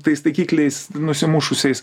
tais taikikliais nusimušusiais